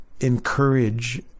encourage